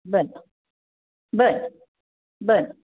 बरं बरं बरं